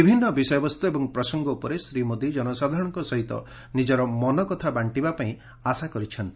ବିଭିନ୍ନ ବିଷୟବସ୍କୁ ଏବଂ ପ୍ରସଙ୍ଙ ଉପରେ ଶ୍ରୀ ମୋଦି ଜନସାଧାରଣଙ୍କ ସହିତ ନିକର ମନକଥା ବାକ୍କିବାପାଇଁ ଆଶା କରୁଛନ୍ତି